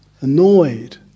annoyed